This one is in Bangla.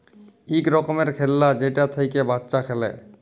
ইক রকমের খেল্লা যেটা থ্যাইকে বাচ্চা খেলে